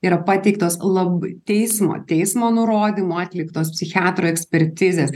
yra pateiktos lab teismo teismo nurodymu atliktos psichiatro ekspertizės